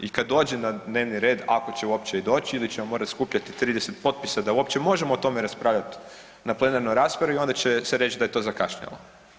I kad dođe na dnevni red ako će uopće i doći ili ćemo morati skupljati 30 potpisa da uopće možemo o tome raspravljati na plenarnoj raspravi onda će se reći da je to zakašnjelo.